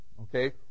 okay